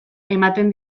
ematen